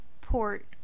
port